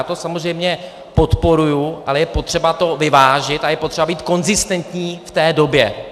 Já to samozřejmě podporuji, ale je potřeba to vyvážit a je potřeba být konzistentní v té době.